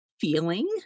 feeling